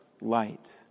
light